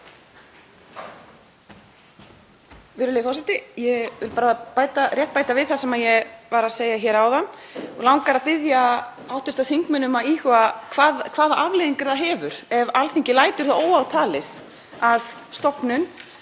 Virðulegi forseti. Ég vil bara rétt bæta við það sem ég var að segja hér áðan og langar að biðja hv. þingmenn um að íhuga hvaða afleiðingar það hefur ef Alþingi lætur það óátalið að stofnun,